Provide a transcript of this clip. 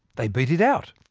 they beat it out.